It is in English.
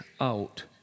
out